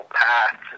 path